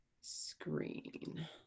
screen